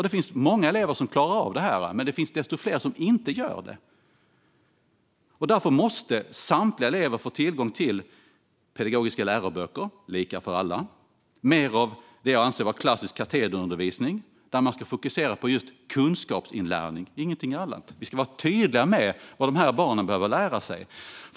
Det finns många elever som klarar av detta, men det finns desto fler som inte gör det. Därför måste samtliga elever få tillgång till pedagogiska läroböcker, lika för alla, och mer av det jag anser vara klassisk katederundervisning där man fokuserar på just kunskapsinlärning, ingenting annat. Vi ska vara tydliga med vad barnen behöver lära sig.